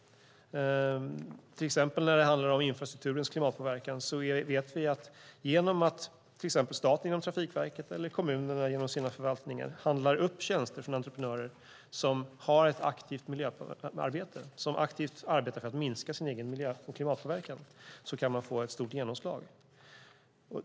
När det handlar om infrastrukturens klimatpåverkan vet vi att genom att till exempel staten genom Trafikverket eller kommunen inom sina förvaltningar handlar upp tjänster från entreprenörer som aktivt arbetar för att minska sin egen miljö och klimatpåverkan så kan man få ett stort genomslag.